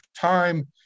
time